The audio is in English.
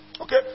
Okay